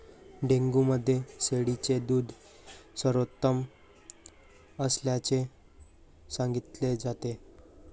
dengue मध्ये शेळीचे दूध सर्वोत्तम असल्याचे सांगितले जाते